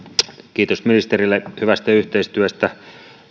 kiitos ministerille hyvästä yhteistyöstä